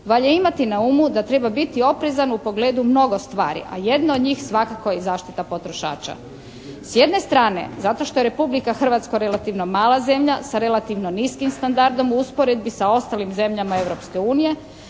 valja imati na umu da treba biti oprezan u pogledu mnogo stvari, a jedno od njih svakako je i zaštita potrošača. S jedne strane zato što je Republika Hrvatska relativno mala zemlja sa relativno niskim standardom u usporedbi sa ostalim zemljama